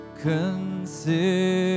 consider